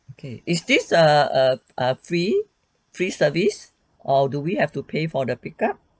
okay is this err err a free free service or do we have to pay for the pick up